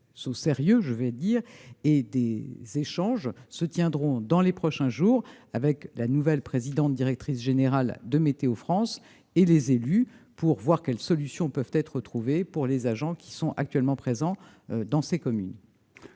au sérieux. Des échanges se tiendront dans les prochains jours avec la nouvelle présidente-directrice générale de Météo France et les élus afin de voir quelles solutions peuvent être trouvées pour les agents actuellement présents dans ces communes.